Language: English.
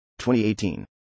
2018